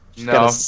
No